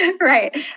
Right